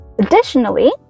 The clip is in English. Additionally